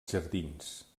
jardins